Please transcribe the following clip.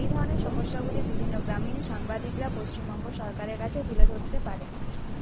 এই ধরনের সমস্যাগুলি বিভিন্ন গ্রামীন সাংবাদিকরা পশ্চিমবঙ্গ সরকারের কাছে তুলে ধরতে পারে